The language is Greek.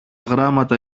γράμματα